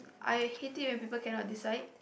I hate it when people cannot decide